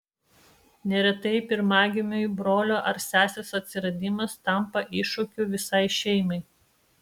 neretai pirmagimiui brolio ar sesės atsiradimas tampa iššūkiu visai šeimai